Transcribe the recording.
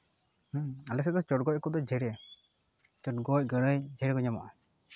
ᱟᱞᱮ ᱥᱮᱜ ᱫᱚ ᱪᱚᱰᱜᱚᱡ ᱦᱟᱹᱠᱩ ᱫᱚ ᱡᱷᱮᱲᱮ ᱪᱚᱰᱜᱚᱡ ᱜᱟᱹᱲᱟᱹᱭ ᱡᱷᱮᱲᱮ ᱠᱚ ᱧᱟᱢᱚᱜᱼᱟ